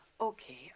Okay